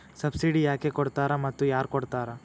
Subsidy ಯಾಕೆ ಕೊಡ್ತಾರ ಮತ್ತು ಯಾರ್ ಕೊಡ್ತಾರ್?